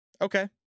Okay